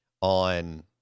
on